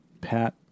Pat